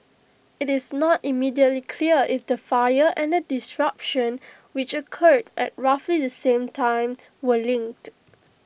IT is not immediately clear if the fire and the disruption which occurred at roughly the same time were linked